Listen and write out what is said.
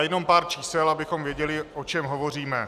Jenom pár čísel, abychom věděli, o čem hovoříme.